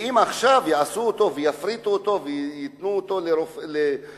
ואם עכשיו יפריטו אותה וייתנו אותה לידיים